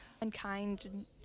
unkind